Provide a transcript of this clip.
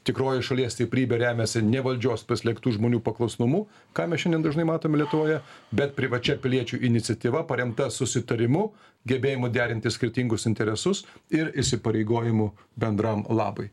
tikroji šalies stiprybė remiasi ne valdžios prislėgtų žmonių paklusnumu ką mes šiandien dažnai matom lietuvoje bet privačia piliečių iniciatyva paremta susitarimu gebėjimu derinti skirtingus interesus ir įsipareigojimu bendram labui